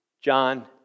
John